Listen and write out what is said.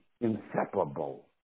inseparable